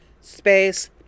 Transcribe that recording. space